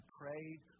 prayed